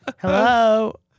Hello